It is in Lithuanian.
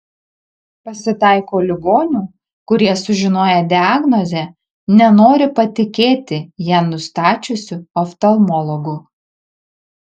pasitaiko ligonių kurie sužinoję diagnozę nenori patikėti ją nustačiusiu oftalmologu